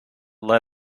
let